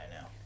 now